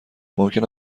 ممکن